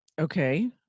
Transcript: Okay